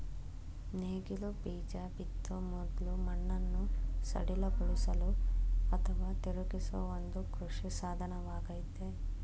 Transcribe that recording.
ನೇಗಿಲು ಬೀಜ ಬಿತ್ತೋ ಮೊದ್ಲು ಮಣ್ಣನ್ನು ಸಡಿಲಗೊಳಿಸಲು ಅಥವಾ ತಿರುಗಿಸೋ ಒಂದು ಕೃಷಿ ಸಾಧನವಾಗಯ್ತೆ